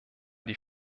die